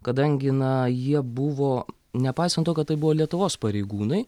kadangi na jie buvo nepaisant to kad tai buvo lietuvos pareigūnai